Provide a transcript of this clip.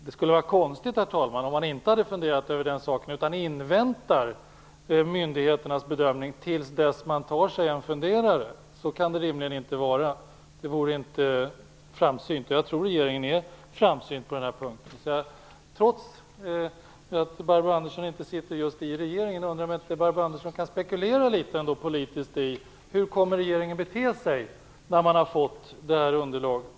Det vore konstigt, herr talman, om man inte hade funderat över den saken i stället för att invänta myndigheternas bedömning innan man tar sig en funderare. Så kan det rimligen inte vara. Det vore inte framsynt. Jag tror att regeringen är framsynt på den här punkten. Trots att Barbro Andersson inte sitter med i regeringen undrar jag om hon inte kan spekulera litet politiskt om hur regeringen kommer att bete sig när man har fått det här underlaget.